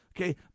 Okay